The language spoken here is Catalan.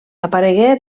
aparegué